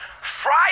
Friday